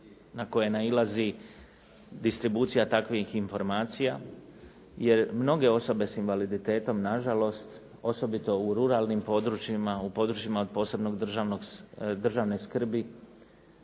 na koje nailazi distribucija takvih informacija, jer mnoge osobe sa invaliditetom na žalost, osobito u ruralnim područjima, u područjima od posebne državne skrbi,